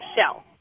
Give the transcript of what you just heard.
shell